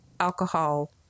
Alcohol